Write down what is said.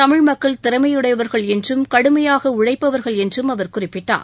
தமிழ் மக்கள் திறமையுடையவர்கள் என்றும் கடுமையாக உழைப்பவர்கள் என்றும் அவர் குறிப்பிட்டார்